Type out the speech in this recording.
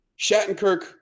Shattenkirk